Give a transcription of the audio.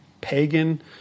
pagan